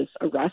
arrest